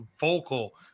vocal